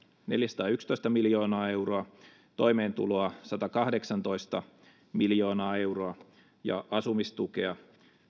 neljäsataayksitoista miljoonaa euroa toimeentulotukea satakahdeksantoista miljoonaa euroa ja asumistukea